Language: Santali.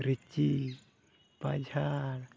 ᱨᱤᱪᱤ ᱯᱟᱡᱷᱟᱲ